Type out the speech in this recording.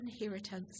inheritance